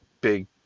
big